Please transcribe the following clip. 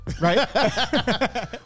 Right